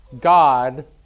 God